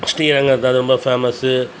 ஸ்ரீரங்கம் தான் ரொம்ப பேமஸ்ஸு